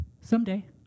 Someday